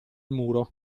muro